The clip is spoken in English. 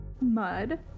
Mud